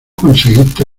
conseguiste